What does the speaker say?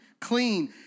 clean